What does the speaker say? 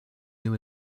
new